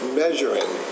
measuring